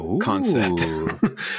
concept